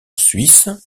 suisse